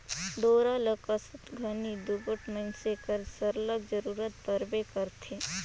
डोरा ल कसत घनी दूगोट मइनसे कर सरलग जरूरत परबे करथे